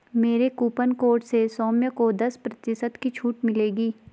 मेरे coupon code से सौम्य को दस प्रतिशत की छूट मिलेगी